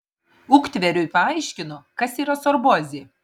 uktveriui paaiškino kas yra sorbozė